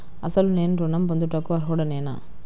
అసలు నేను ఋణం పొందుటకు అర్హుడనేన?